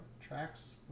tracks